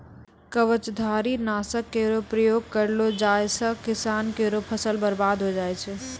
कवचधारी? नासक केरो प्रयोग करलो जाय सँ किसान केरो फसल बर्बाद होय जाय छै